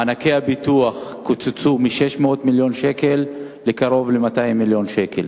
מענקי הביטוח קוצצו מ-600 מיליון שקלים לקרוב ל-200 מיליון שקלים,